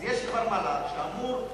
אז יש כבר מל"ל שאמור לתמלל,